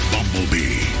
Bumblebee